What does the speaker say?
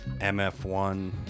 mf1